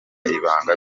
ibanga